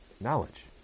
Knowledge